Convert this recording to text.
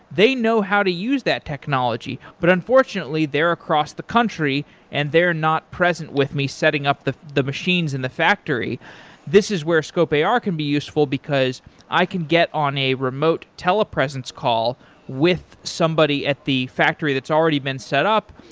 they know how to use that technology, but unfortunately they're across the country and they are not present with me setting up the the machines in the factory this is where scope ar can be useful, because i can get on a remote telepresence call with somebody at the factory that's already been set up,